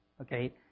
Okay